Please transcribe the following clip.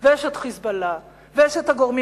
ויש את "חיזבאללה" ויש את הגורמים